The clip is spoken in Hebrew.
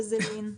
וזלין,